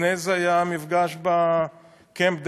לפני זה היה מפגש בקמפ דייוויד,